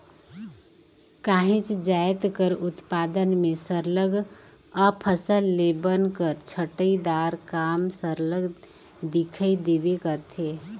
काहींच जाएत कर उत्पादन में सरलग अफसल ले बन कर छंटई दार काम सरलग दिखई देबे करथे